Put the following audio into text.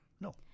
No